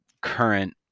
current